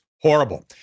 horrible